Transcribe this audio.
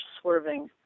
swerving